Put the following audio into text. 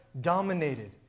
dominated